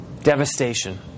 devastation